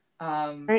Right